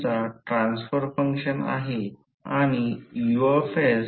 हा cross sectional area आहे हे एक गोलाकार आहे